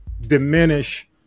diminish